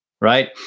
right